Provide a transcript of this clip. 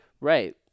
Right